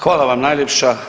Hvala vam najljepša.